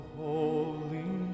holy